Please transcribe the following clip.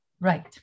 Right